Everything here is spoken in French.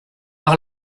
par